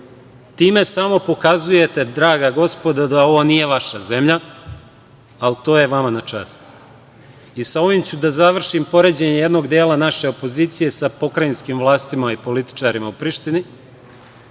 Time samo pokazujete, draga gospodo, da ovo nije vaša zemlja, ali to neka je vama na čast. Sa ovim ću da završim, poređenje jednog dela naše opozicije sa pokrajinskim vlastima i političarima u Prištini